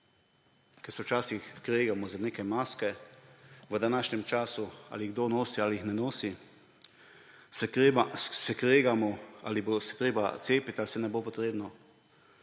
Ker se včasih kregamo za neke maske v današnjem času, ali jih kdo nosi ali jih ne nosi, se kregamo, ali se bo treba cepiti ali se ne bo potrebno,